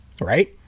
right